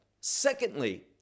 Secondly